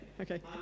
Okay